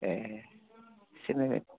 ए सिनायबाय